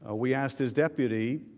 ah we asked his deputy.